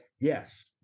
Yes